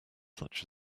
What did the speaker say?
such